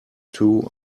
two